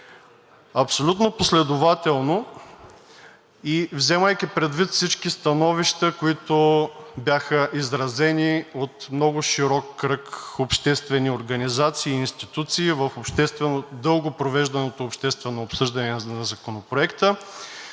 Абсолютно последователно и вземайки предвид всички становища, които бяха изразени от много широк кръг обществени организации и институции, в дълго провежданото обществено обсъждане на Законопроекта,